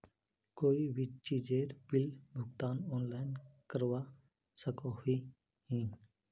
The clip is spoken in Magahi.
कोई भी चीजेर बिल भुगतान ऑनलाइन करवा सकोहो ही?